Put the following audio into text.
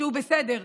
שהוא בסדר.